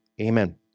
Amen